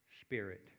spirit